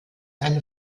eine